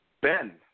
Ben